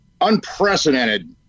unprecedented